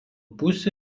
pusė